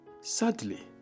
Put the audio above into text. Sadly